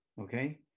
Okay